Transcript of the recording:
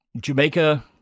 Jamaica